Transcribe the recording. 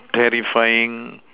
terrifying